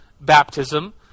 baptism